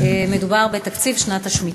מדובר בתקציב שנת השמיטה.